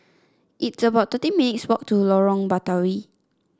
it's about thirteen minutes walk to Lorong Batawi